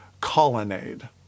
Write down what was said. colonnade